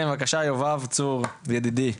יובב צור ידידי.